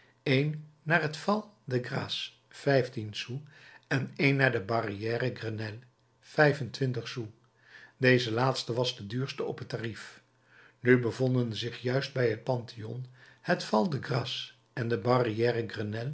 een naar het val de grace vijftien sous en een naar de barrière grenelle vijf-en-twintig sous deze laatste was de duurste op het tarief nu bevonden zich juist bij het pantheon het val de grace en de barrière